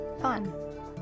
Fun